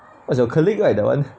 was your colleague right that one